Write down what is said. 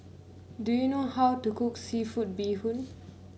do you know how to cook seafood Bee Hoon